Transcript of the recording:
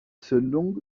zündung